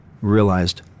realized